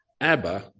Abba